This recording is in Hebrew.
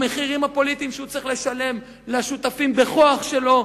במחירים הפוליטיים שהוא צריך לשלם לשותפים בכוח שלו,